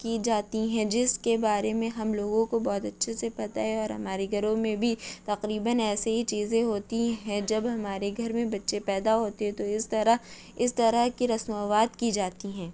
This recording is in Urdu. کی جاتی ہیں جس کے بارے میں ہم لوگوں کو بہت اچھے سے پتا ہے اور ہمارے گھروں میں بھی تقریباً ایسے ہی چیزیں ہوتی ہیں جب ہمارے گھر میں بچے پیدا ہوتے ہیں تو اس طرح اس طرح کی رسومات کی جاتی ہیں